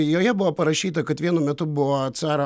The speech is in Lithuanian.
joje buvo parašyta kad vienu metu buvo caro